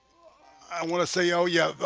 i want to say oh, yeah?